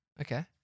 Okay